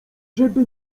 żeby